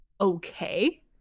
okay